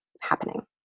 happening